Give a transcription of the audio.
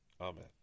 Amen